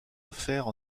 offerts